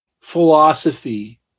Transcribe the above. philosophy